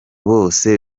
bose